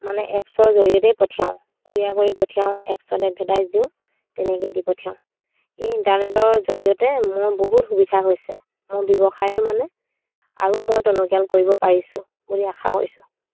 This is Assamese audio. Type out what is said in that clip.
মানে এপছৰ জৰিয়তেই পঠিয়াওঁ কুৰিয়াৰ কৰি পঠিয়াওঁ এপছত এডভাৰটাইজ দিওঁ তেনেকেই দি পঠিয়াওঁ এই ইণ্টাৰনেটৰ জৰিয়তে মোৰ বহুত সুবিধা হৈছে মোৰ ব্যৱসায়টো মানে আৰু মই টনকিয়াল কৰিব পাৰিছোঁ বুলি আশা কৰিছোঁ